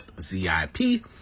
Z-I-P